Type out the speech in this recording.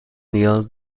نیاز